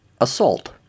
Assault